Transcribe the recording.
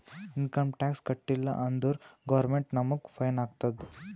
income tax ಕಟ್ಟೀಲ ಅಂದುರ್ government ನಮುಗ್ ಫೈನ್ ಹಾಕ್ತುದ್